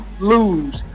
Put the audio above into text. lose